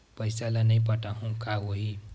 पईसा ल नई पटाहूँ का होही?